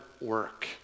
work